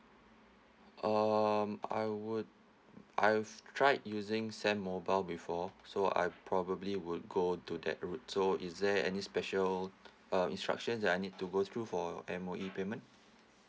um I would I've tried using S_A_M mobile before so I probably would go to that route so is there any special uh instructions that I need to go through for M_O_E payment